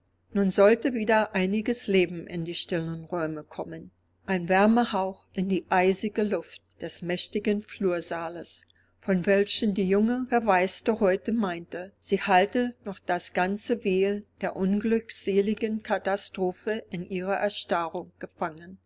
nun sollte wieder einiges leben in die stillen räume kommen ein wärmehauch in die eisige luft des mächtigen flursaales von welcher die junge verwaiste heute meinte sie halte noch das ganze wehe der unglückseligen katastrophe in ihrer erstarrung